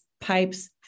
pipes